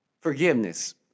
forgiveness